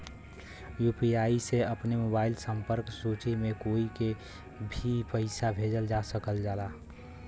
UPI से अपने mobile संपर्क सूची में कोई के भी पइसा भेजल जा सकल जाला